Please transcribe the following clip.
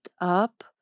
up